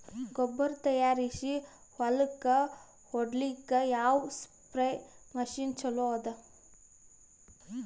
ಗೊಬ್ಬರ ತಯಾರಿಸಿ ಹೊಳ್ಳಕ ಹೊಡೇಲ್ಲಿಕ ಯಾವ ಸ್ಪ್ರಯ್ ಮಷಿನ್ ಚಲೋ ಅದ?